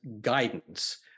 guidance